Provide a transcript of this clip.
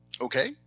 Okay